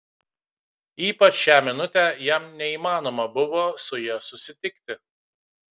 ypač šią minutę jam neįmanoma buvo su ja susitikti